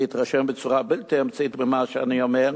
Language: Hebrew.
להתרשם בצורה בלתי אמצעית ממה שאני אומר,